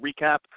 recap